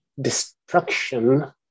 destruction